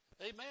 Amen